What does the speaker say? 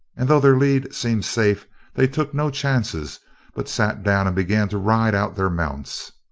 and though their lead seemed safe they took no chances but sat down and began to ride out their mounts.